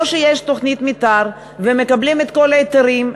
או שיש תוכנית מתאר ומקבלים את כל ההיתרים,